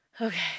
okay